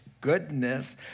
goodness